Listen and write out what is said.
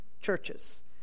churches